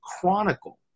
chronicle